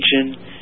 attention